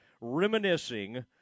reminiscing